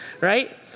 right